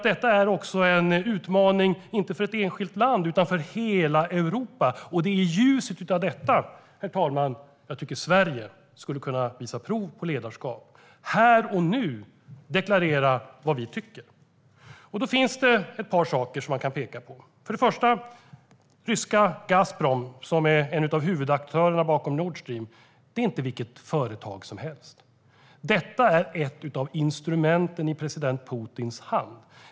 Detta är också en utmaning, inte för ett enskilt land utan för hela Europa, och det är i ljuset av det, herr talman, som jag tycker att Sverige skulle kunna visa prov på ledarskap genom att här och nu deklarera vad vi tycker. Här finns det ett par saker som man kan peka på. För det första är ryska Gazprom, som är en av huvudaktörerna bakom Nord Stream, inte vilket företag som helst. Gazprom är ett av instrumenten i president Putins hand.